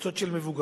קבוצות של מבוגרים,